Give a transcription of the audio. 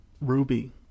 Ruby